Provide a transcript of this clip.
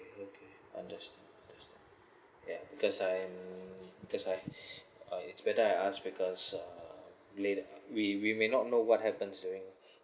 okay okay understand yeuh because I um because it's like it's better I ask because uh that way we we may not know what happens during